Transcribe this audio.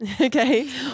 Okay